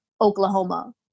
Oklahoma